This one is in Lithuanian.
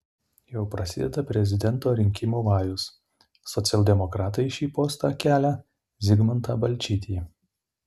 jau prasideda prezidento rinkimų vajus socialdemokratai į šį postą kelią zigmantą balčytį